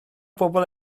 bobl